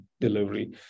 delivery